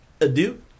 adieu